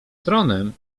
tronem